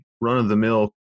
run-of-the-mill